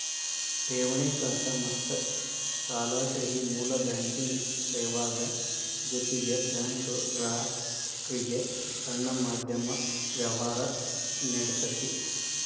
ಠೆವಣಿ ಖಾತಾ ಮತ್ತ ಸಾಲಾ ಸೇರಿ ಮೂಲ ಬ್ಯಾಂಕಿಂಗ್ ಸೇವಾದ್ ಜೊತಿಗೆ ಬ್ಯಾಂಕು ಗ್ರಾಹಕ್ರಿಗೆ ಸಣ್ಣ ಮಧ್ಯಮ ವ್ಯವ್ಹಾರಾ ನೇಡ್ತತಿ